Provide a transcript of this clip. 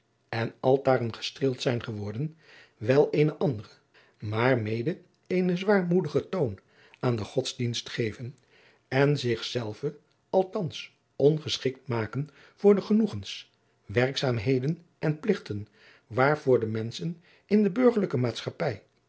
en altaren gestreeld zijn geworden wel eenen anderen maar mede eenen zwaarmoedigen toon aan den godsdienst geven en zich zelve althans ongeschikt maken voor de genoegens werkzaamheden en pligten waarvoor de menschen in de burgerlijke maatschappij